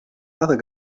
other